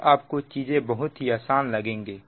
तब आपको चीजें बहुत ही आसान लगेंगे